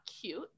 cute